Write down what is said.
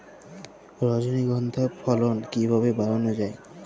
রজনীগন্ধা ফলন কিভাবে বাড়ানো যায়?